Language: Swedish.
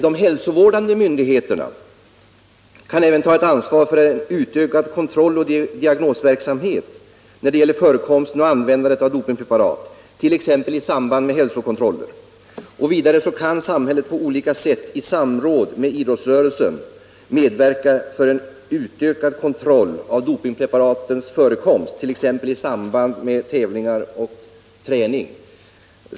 De hälsovårdande myndigheterna kan även ta ett ansvar för en utökad kontrolloch diagnosverksamhet när det gäller förekomsten och användandet av dopingpreparat t.ex. i samband med hälsokontroller. Vidare kan samhället på olika sätt i samråd med idrottsrörelsen medverka till en utökad kontroll av dopingpreparatens förekomst, exempelvis i samband med tävlingar och träning.